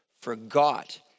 forgot